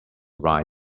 ride